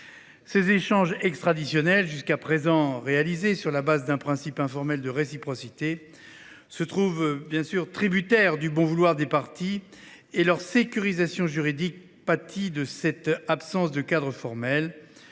Ces échanges extraditionnels, jusqu’à présent réalisés sur le fondement d’un principe informel de réciprocité, se trouvent tributaires du bon vouloir des parties ; leur sécurisation juridique pâtit de cette absence de cadre formel.